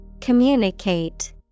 Communicate